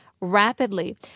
rapidly